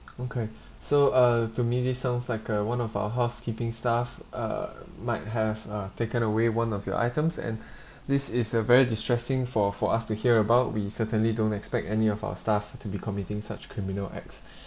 okay so uh to me this sounds like uh one of our housekeeping staff uh might have uh taken away one of your items and this is a very distressing for for us to hear about we certainly don't expect any of our staff to be committing such criminal acts